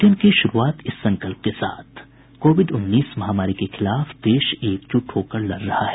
bulletin की शुरूआत से पहले ये संकल्प कोविड उन्नीस महामारी के खिलाफ देश एकजुट होकर लड़ रहा है